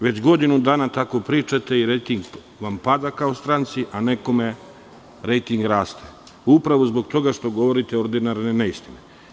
Već godinu dana tako pričate i rejting vam pada kao stranci, a nekome rejting raste, upravo zbog toga što govorite ordinarne neistine.